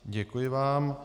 Děkuji vám.